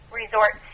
resort